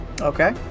okay